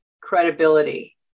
credibility